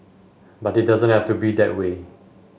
but it doesn't have to be that way